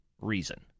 reason